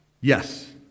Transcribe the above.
Yes